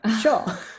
Sure